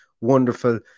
wonderful